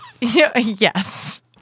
Yes